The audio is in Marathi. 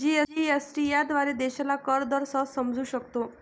जी.एस.टी याद्वारे देशाला कर दर सहज समजू शकतो